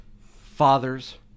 fathers